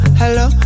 hello